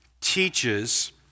teaches